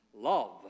Love